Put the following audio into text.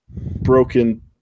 broken